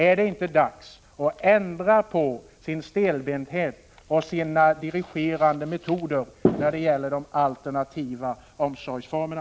Är det inte dags att ändra på sin stelbenthet och sina dirigerande metoder när det gäller de alternativa omsorgsformerna?